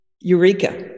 Eureka